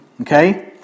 okay